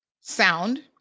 sound